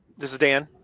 this is dan.